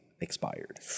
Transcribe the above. expired